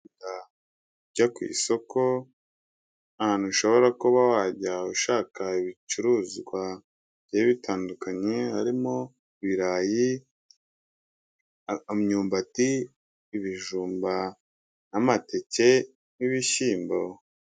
Byo ku isoko, ahantu ushobora kuba wajya ushaka ibicuruzwa bigiye bitandukanye, harimo ibirayi, imyumbati, ibijumba n'amateke n'ibishyimbo.